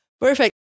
Perfect